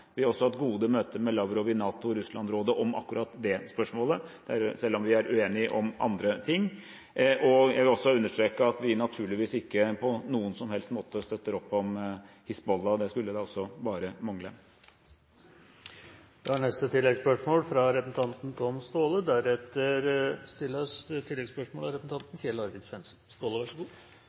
Vi har også hatt gode møter med Lavrov i Nato/Russland-rådet om akkurat det spørsmålet, selv om vi er uenige om andre ting. Jeg vil også understreke at vi naturligvis ikke på noen som helst måte støtter opp om Hizbollah – det skulle da også bare mangle. Tom Staahle – til oppfølgingsspørsmål. «Krigen i Syria er